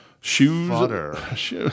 Shoes